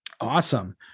awesome